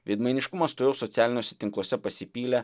veidmainiškumas tuojau socialiniuose tinkluose pasipylė